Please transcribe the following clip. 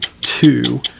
two